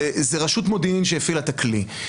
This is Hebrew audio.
זאת רשות מודיעין שהפעילה את הכלי.